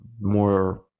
more